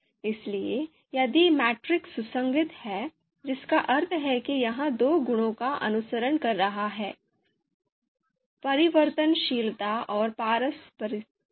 इसलिए यदि मैट्रिक्स सुसंगत है जिसका अर्थ है कि यह दो गुणों का अनुसरण कर रहा है परिवर्तनशीलता और पारस्परिकता